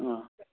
ꯑꯥ